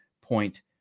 point